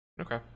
okay